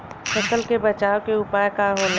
फसल के बचाव के उपाय का होला?